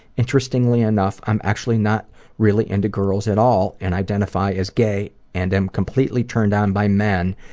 interestingly enough, i'm actually not really into girls at all and identify as gay and am completely turned on by men.